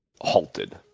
halted